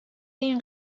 این